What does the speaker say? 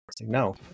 No